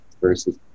versus